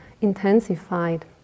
intensified